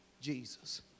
Jesus